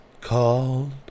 called